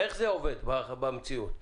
עובד במציאות?